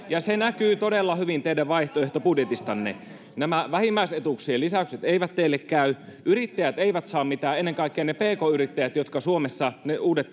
ja se näkyy todella hyvin teidän vaihtoehtobudjetistanne nämä vähimmäisetuuksien lisäykset eivät teille käy yrittäjät eivät saa mitään ennen kaikkea ne pk yrittäjät jotka suomessa ne uudet